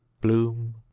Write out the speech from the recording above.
Bloom